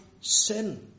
sin